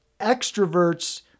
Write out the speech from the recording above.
extroverts